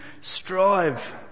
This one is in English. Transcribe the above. strive